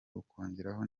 ukongeraho